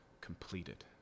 completed